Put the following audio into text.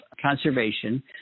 conservation